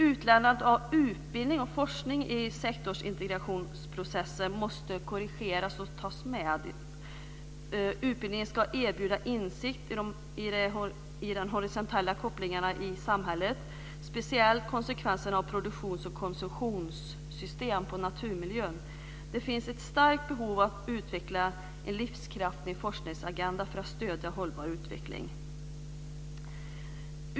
Utelämnandet av utbildning och forskning i sektorsintegrationsprocessen måste korrigeras och tas med. Utbildningen ska erbjuda insikt i de horisontella kopplingarna i samhället, speciellt konsekvenserna av produktions och konsumtionssystem på naturmiljön. Det finns ett starkt behov av att utveckla en livskraftig forskningsagenda för att stödja hållbar utveckling.